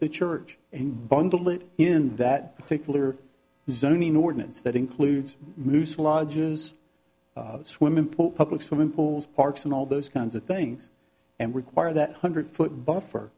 the church and bundle it in that particular zoning ordinance that includes mussa lodges swimming pool public swimming pools parks and all those kinds of things and require that hundred foot buffer